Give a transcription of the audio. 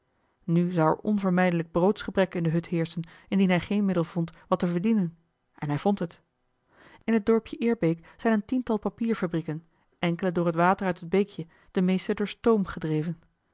nu zou er onvermijdelijk broodsgebrek in de hut heerschen indien hij geen middel vond wat te verdienen en hij vond het in t dorpje eerbeek zijn een tiental papierfabrieken enkele door het water uit het beekje de meeste door stoom gedreven